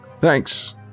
Thanks